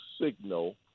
signal